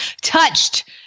touched